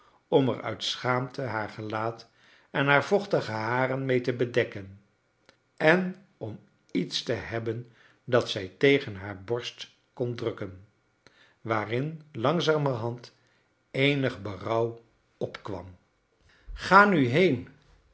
uit schaamte haar gelaat en haar vochtige harei mee te bedekken en om lets te hebben dat zij tegen haar borst kon drukken waa in langzamerhand eenio berouw ook warn charles dickens ga nu heen